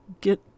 get